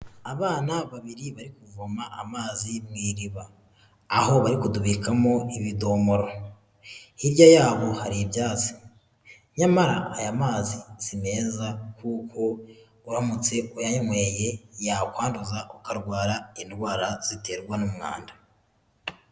Abana babiri bari kuvoma amazi mu iriba aho ba kudubikamo imidomoro, hirya yabo hari nyamara aya mazi si meza kuko uramutse uyanyweye yakwanduza ukarwara indwara ziterwa n'umwanda.